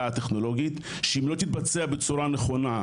הטכנולוגית שאם לא תתבצע בצורה נכונה,